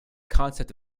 concept